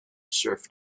surf